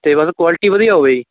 ਅਤੇ ਬਸ ਕੋਆਲਟੀ ਵਧੀਆ ਹੋਵੇ ਜੀ